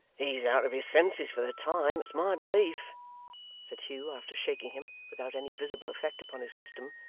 he's out of his senses for the time, it's my belief said hugh, after shaking him, without any visible effect upon his system,